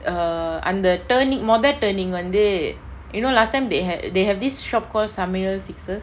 err அந்த:antha turning மொத:motha turning வந்து:vanthu you know last time they had they have shop called samayal sixes